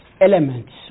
elements